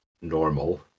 normal